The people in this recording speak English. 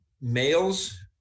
males